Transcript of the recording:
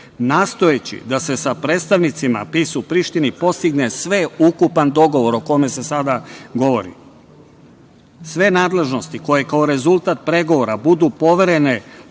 nastojeći da se sa predstavnicima PIS u Prištini postigne sveukupan dogovor o kome se sada govori. Sve nadležnosti koje kao rezultat pregovora budu poverene